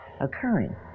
occurring